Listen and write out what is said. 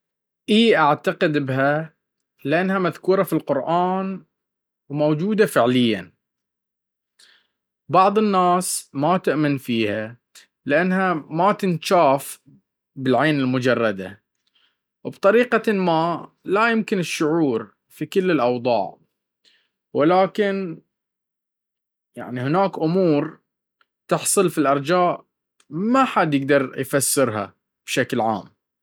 ايه أعتقد بها لأنها مذكورة في القرءان وموجدة فعليا, بعض الناس ما تأمن فيها لأنها ما تنشاف بالعين المجردة وبطريقة ما لا يمكن الشعور في كل الأوضاع, ولكن يعني هناك امور تحصل في الارجاء ما حد يقدر يفسرها بشكل عام.